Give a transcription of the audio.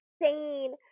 insane